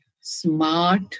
smart